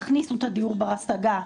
תכניסו את הדיור בר-ההשגה,